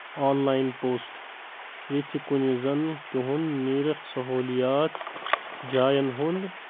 online post ییٚتہِ چھِ كُنہِ زن تُہنٛد نیرخ سہوٗلِیات جاین ہُنٛد